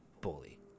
bully